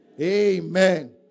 Amen